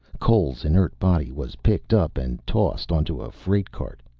cole's inert body was picked up and tossed onto a freight cart.